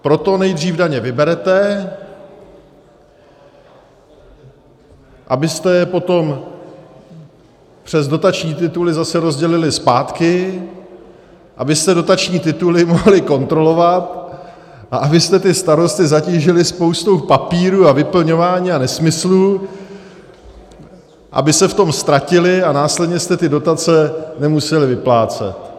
Proto nejdřív daně vyberete, abyste je potom přes dotační tituly zase rozdělili zpátky, abyste dotační tituly mohli kontrolovat a abyste ty starosty zatížili spoustou papírů a vyplňování a nesmyslů, aby se v tom ztratili, a následně byste ty dotace nemuseli vyplácet.